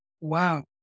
wow